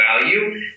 value